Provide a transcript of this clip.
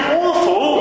awful